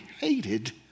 hated